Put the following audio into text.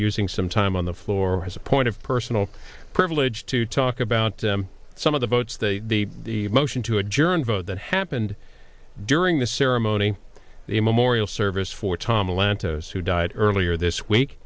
using some time on the floor as a point of personal privilege to talk about some of the votes they the motion to adjourn vote that happened during the ceremony a memorial service for tom lantos who died earlier this week